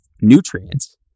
nutrients